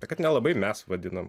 tai kad nelabai mes vadinam